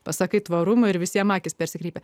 pasakai tvarumo ir visiems akys persikreipė